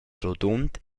rodund